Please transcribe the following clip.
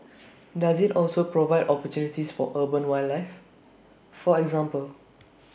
does IT also provide opportunities for urban wildlife for example